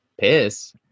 piss